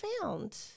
found